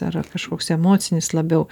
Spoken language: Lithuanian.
ar ar kažkoks emocinis labiau